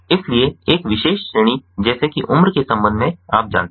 इसलिए एक विशेष श्रेणी जैसे कि उम्र के संबंध में आप जानते हैं